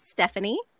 Stephanie